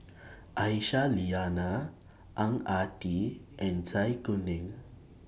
Aisyah Lyana Ang Ah Tee and Zai Kuning